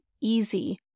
easy